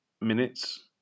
minutes